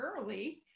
early